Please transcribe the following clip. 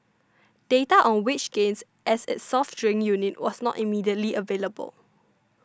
data on wage gains at its soft drink unit was not immediately available